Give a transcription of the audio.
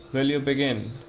will you begin,